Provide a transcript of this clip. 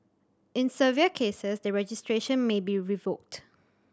in severe cases the registration may be revoked